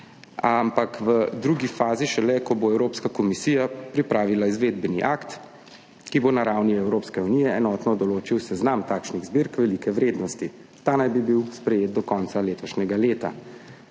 šele v drugi fazi, ko bo Evropska komisija pripravila izvedbeni akt, ki bo na ravni Evropske unije enotno določil seznam takšnih zbirk velike vrednosti. Ta naj bi bil sprejet do konca letošnjega leta.